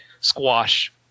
squash